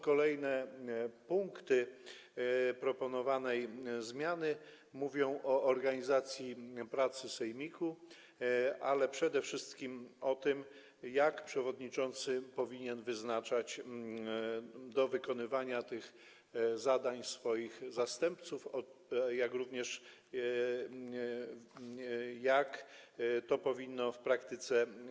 Kolejne punkty proponowanej zmiany mówią o organizacji pracy sejmiku, ale przede wszystkim o tym, jak przewodniczący powinien wyznaczać do wykonywania tych zadań swoich zastępców, jak również jak to powinno wyglądać w praktyce.